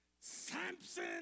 Samson